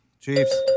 Chiefs